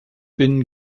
bin